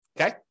Okay